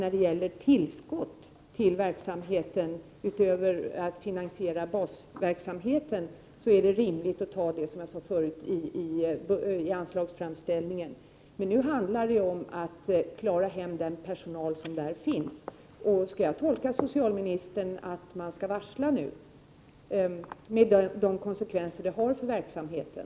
När det gäller tillskott till verksamheten, utöver att finansiera basverksamheten, är det rimligt att framföra det i anslagsframställningen. Men nu handlar det om att klara hem den personal som redan finns. Skall jag tolka socialministern så, att man nu får varsla om uppsägning med de konsekvenser som det får för verksamheten?